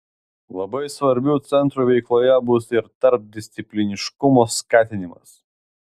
labai svarbiu centro veikloje bus ir tarpdiscipliniškumo skatinimas